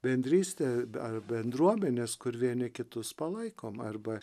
bendrystė ar bendruomenės kur vieni kitus palaikom arba